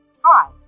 Hi